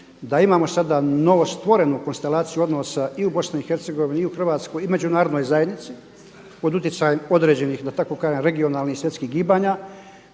da imamo sada novostvorenu konstelaciju odnosa i u BiH i u Hrvatskoj i međunarodnoj zajednici pod utjecajem određenih da tako kažem regionalnih svjetskih gibanja